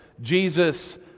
Jesus